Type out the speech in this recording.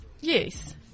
Yes